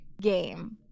game